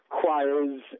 choirs